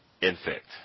Infect